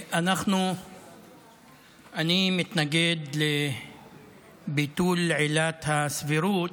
אני מתנגד לביטול עילת הסבירות,